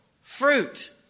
fruit